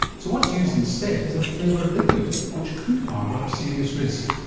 so what's used instead is a flavoured liquid, which could harbour serious risk.